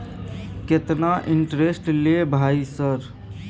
केतना इंटेरेस्ट ले भाई सर?